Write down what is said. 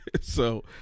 So-